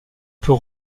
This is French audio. peut